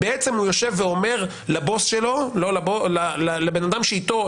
הוא יושב ואומר לבן אדם שאיתו,